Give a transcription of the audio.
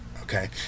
okay